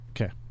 Okay